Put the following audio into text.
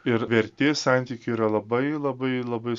ir vertė santykių yra labai labai labai